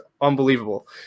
unbelievable